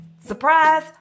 Surprise